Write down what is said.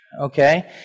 okay